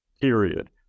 period